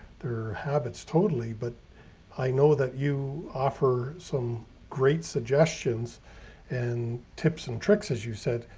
their habits. totally. but i know that you offer some great suggestions and tips and tricks, as you said,